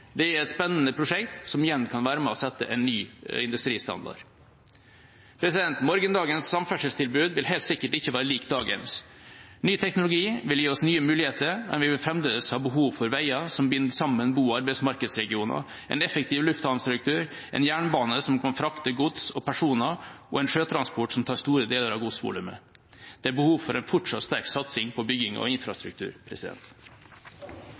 Det er et spennende prosjekt, som igjen kan være med på å sette en ny industristandard. Morgendagens samferdselstilbud vil helt sikkert ikke være likt dagens. Ny teknologi vil gi oss nye muligheter, men vi vil fremdeles ha behov for veier som binder sammen bo- og arbeidsmarkedsregioner, en effektiv lufthavnstruktur, en jernbane som kan frakte gods og personer, og en sjøtransport som tar store deler av godsvolumet. Det er behov for en fortsatt sterk satsing på bygging